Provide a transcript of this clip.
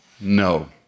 No